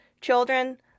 Children